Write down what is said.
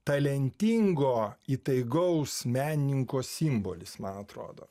talentingo įtaigaus menininko simbolis man atrodo